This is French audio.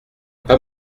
pas